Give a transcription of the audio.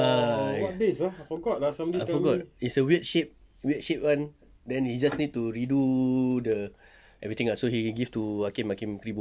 ah I forgot it's a weird shape weird shape [one] then he just need to redo the everything ah so he give to hakim hakim